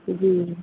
جی